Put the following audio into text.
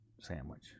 sandwich